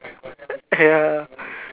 a